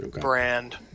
brand